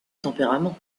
tempérament